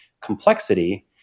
complexity